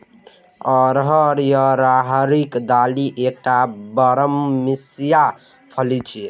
अरहर या राहरिक दालि एकटा बरमसिया फली छियै